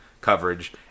coverage